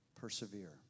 Persevere